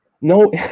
no